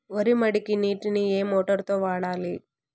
వరి మడికి నీటిని ఏ మోటారు తో వాడాలి?